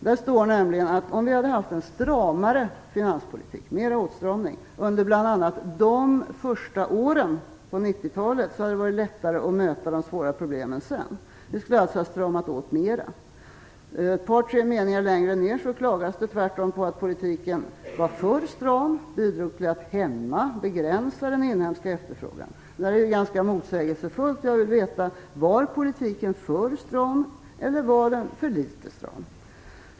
Där står nämligen att om vi hade haft en stramare finanspolitik - mera åtstramning - under bl.a. de första åren på 90-talet, hade det varit lättare att möta de svåra problemen sedan. Vi skulle alltså ha stramat åt mera. Ett par tre meningar längre ner klagas det tvärtom på att politiken var för stram och bidrog till att hämma, begränsa den inhemska efterfrågan. Det är ganska motsägelsefullt. Jag vill veta: Var politiken för stram eller var den för litet stram?